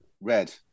Red